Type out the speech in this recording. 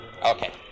Okay